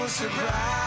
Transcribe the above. Surprise